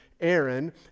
Aaron